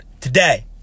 Today